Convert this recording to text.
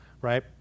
Right